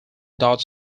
dodge